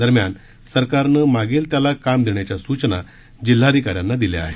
दरम्यान सरकारनं मागेल त्याला काम देण्याच्या सूचना जिल्हाधिकाऱ्यांना दिल्या आहेत